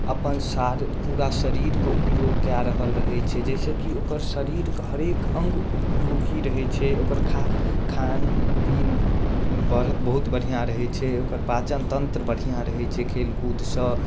अपन शार पूरा शरीरके उपयोग कए रहल रहै छै जैसँ कि ओकर शरीरके हरेक अङ्ग उपयोगी रहै छै ओकर खा खान पीन बहुत बढ़िआँ रहै छै ओकर पाचनतन्त्र बढ़िआँ रहै छै खेलकूदसँ